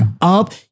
up